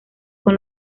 con